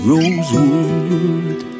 Rosewood